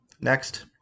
Next